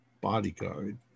bodyguard